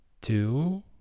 two